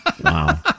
Wow